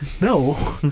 No